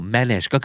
Manage